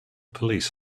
police